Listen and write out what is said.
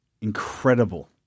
incredible